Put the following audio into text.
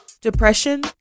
depression